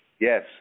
Yes